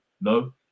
No